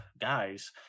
guys